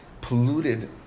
polluted